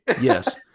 Yes